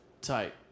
Tight